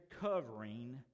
covering